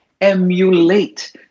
emulate